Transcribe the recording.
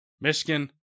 Michigan